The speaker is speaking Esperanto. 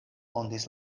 fondis